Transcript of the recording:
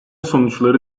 sonuçları